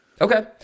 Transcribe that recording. Okay